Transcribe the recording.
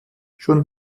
schon